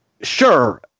sure